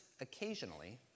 occasionally